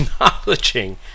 acknowledging